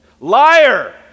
Liar